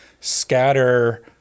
scatter